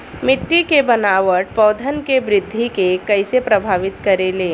मिट्टी के बनावट पौधन के वृद्धि के कइसे प्रभावित करे ले?